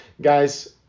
Guys